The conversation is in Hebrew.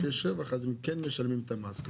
כשיש רווח, אז הם כן משלמים את המס.